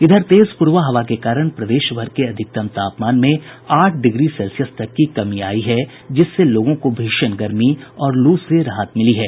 इधर तेज पूरबा हवा के कारण प्रदेशभर के अधिकतम तापमान में आठ डिग्री सेल्सियस तक की कमी आयी है जिससे लोगों को भीषण गर्मी और लू से राहत मिली है